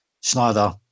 Schneider